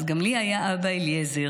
אז גם לי היה אבא אליעזר,